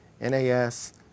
NAS